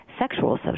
sexual